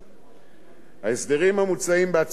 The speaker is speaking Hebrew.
ההסדרים המוצעים בהצעת חוק זו,